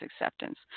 acceptance